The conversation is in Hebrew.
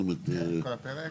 כן כל הפרק.